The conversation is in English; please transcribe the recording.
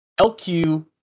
LQ